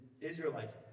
Israelites